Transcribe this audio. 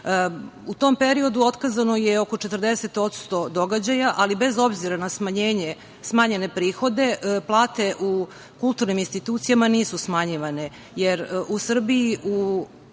U tom periodu otkazano je oko 40% događaja, ali bez obzira na smanjene prihode plate u kulturnim institucijama nisu smanjivane, jer u Srbiji,